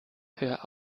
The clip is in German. hör